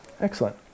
Excellent